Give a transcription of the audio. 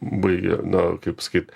baigia na kaip sakyt